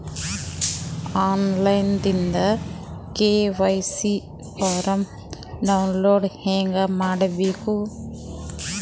On line ದಿಂದ KYC form download ಹೇಂಗ ಮಾಡಬೇಕು?